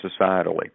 societally